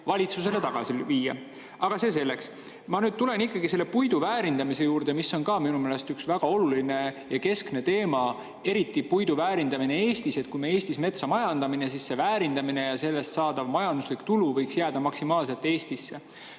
valitsusele tagasi viia. Aga see selleks. Ma tulen ikkagi puidu väärindamise juurde, mis on minu meelest üks väga oluline ja keskne teema – eriti puidu väärindamine Eestis. Kui me Eestis metsa majandame, siis väärindamine ja sellest saadav majanduslik tulu võiks jääda maksimaalselt Eestisse.